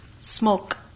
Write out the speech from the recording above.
Smoke